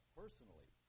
personally